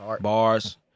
Bars